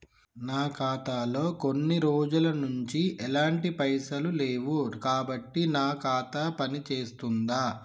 నా ఖాతా లో కొన్ని రోజుల నుంచి ఎలాంటి పైసలు లేవు కాబట్టి నా ఖాతా పని చేస్తుందా?